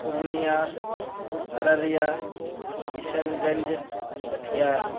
Purnia Araria Kishanganj Katihar